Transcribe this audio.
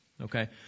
okay